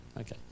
Okay